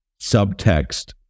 subtext